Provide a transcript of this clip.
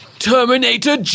Terminator